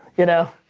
you know.